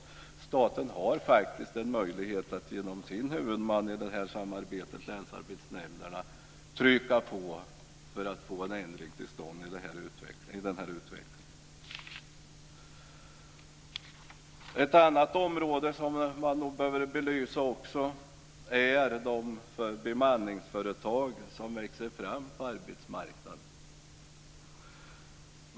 Staten har en möjlighet att genom sina huvudmän i detta samarbete, länsarbetsnämnderna, trycka på för att få till stånd en ändring i denna utveckling. Ett annat område som man nog också behöver belysa är de bemanningsföretag som växer fram på arbetsmarknaden.